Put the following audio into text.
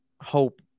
hope